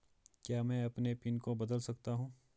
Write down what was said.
क्या मैं अपने पिन को बदल सकता हूँ?